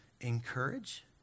encourage